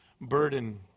burden